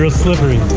ah slippery.